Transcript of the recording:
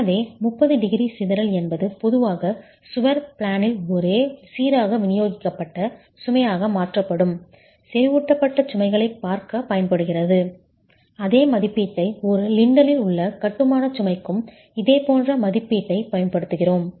எனவே 30 டிகிரி சிதறல் என்பது பொதுவாக சுவர் பிளேனில் ஒரே சீராக விநியோகிக்கப்பட்ட சுமையாக மாற்றப்படும் செறிவூட்டப்பட்ட சுமைகளைப் பார்க்கப் பயன்படுகிறது அதே மதிப்பீட்டை ஒரு லிண்டலில் உள்ள கட்டுமான சுமைக்கும் இதேபோன்ற மதிப்பீட்டைப் பயன்படுத்துகிறோம்